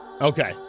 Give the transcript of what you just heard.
Okay